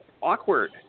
awkward